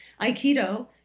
Aikido